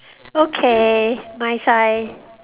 okay my side